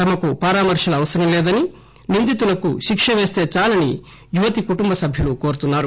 తమకు పరామర్పలు అవసరం లేదని నిందితులకు శిక్ష వేస్తే చాలని యువతి కుటుంబ సభ్యులు కోరుతున్నారు